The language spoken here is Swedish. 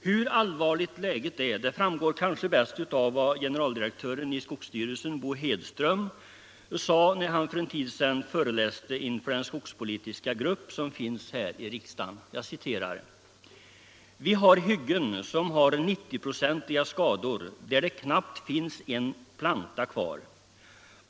Hur allvarligt läget är framgår kanske bäst av vad generaldirektören i skogsstyrelsen, Bo Hedström, sade när han för en tid sedan föreläste inför den skogspolitiska grupp som finns här i riksdagen: ”Vi har hyggen som har 90-procentiga skador, där det knappt finns en planta kvar.